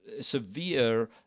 severe